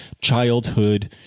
childhood